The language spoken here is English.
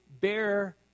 bear